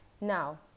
now